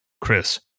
Chris